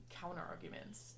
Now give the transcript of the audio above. counter-arguments